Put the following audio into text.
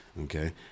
Okay